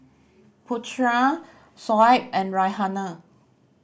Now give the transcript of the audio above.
Putera Shoaib and Raihana